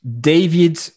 David